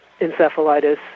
encephalitis